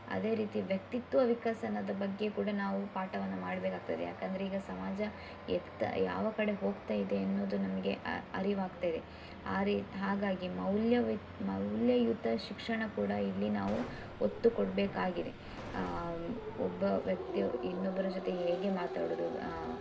ಅದೇ ರೀತಿ ವ್ಯಕ್ತಿತ್ವ ವಿಕಸನದ ಬಗ್ಗೆ ಕೂಡ ನಾವು ಪಾಠವನ್ನು ಮಾಡಬೇಕಾಗ್ತದೆ ಯಾಕಂದ್ರೆ ಈಗ ಸಮಾಜ ಎತ್ತ ಯಾವ ಕಡೆ ಹೋಗ್ತ ಇದೆ ಎನ್ನುವುದು ನಮಗೆ ಅರಿವಾಗ್ತ ಇದೆ ಆ ರೀ ಹಾಗಾಗಿ ಮೌಲ್ಯವಿತ್ ಮೌಲ್ಯಯುತ ಶಿಕ್ಷಣ ಕೂಡ ಇಲ್ಲಿ ನಾವು ಒತ್ತು ಕೊಡಬೇಕಾಗಿದೆ ಒಬ್ಬ ವ್ಯಕ್ತಿ ಇನ್ನೊಬ್ಬರ ಜೊತೆ ಹೇಗೆ ಮಾತಾಡುವುದು